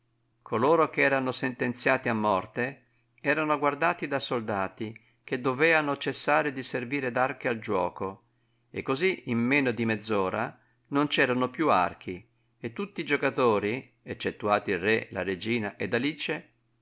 coloro ch'erano sentenziati a morte erano guardati da soldati che doveano cessare di servire d'archi al giuoco e così in meno di mezz'ora non c'erano più archi e tutt'i giuocatori eccettuati il re la regina ed alice